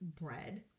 bread